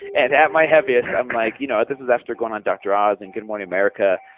and at my heaviest, i'm like, you know, this is after going on dr. oz and good morning america,